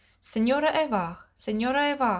senhora evah! senhora evah!